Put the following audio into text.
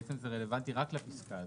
בעצם זה רלוונטי רק לפסקה הזאת,